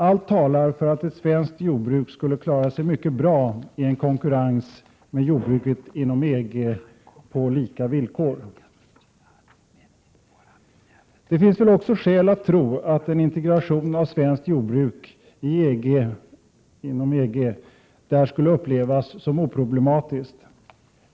Allt talar för att svenskt jordbruk skulle klara sig mycket bra i en konkurrens med jordbruket inom EG på lika villkor. Det finns väl också skäl att tro att en integration av svenskt jordbruk med jordbruket inom EG där skulle upplevas som oproblematisk.